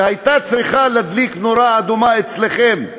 שהייתה צריכה להדליק נורה אדומה אצלכם.